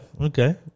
Okay